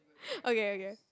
okay okay